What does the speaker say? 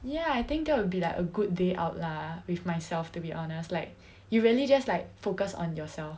ya I think that will be like a good day out lah with myself to be honest like you really just like focus on yourself